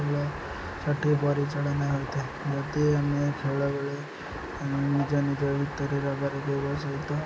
ଖେଳ ସଠିକ୍ ପରିଚାଳନା ହୋଇଥାଏ ଯଦି ଆମେ ଖେଳବେେଳେ ନିଜ ନିଜ ଭିତରେ ରଗାରଗି ହେବା ସହିତ